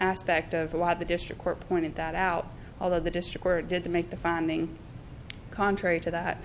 aspect of a lot of the district court pointed that out although the district where did the make the founding contrary to that